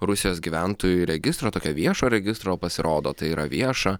rusijos gyventojų registro tokio viešo registro pasirodo tai yra vieša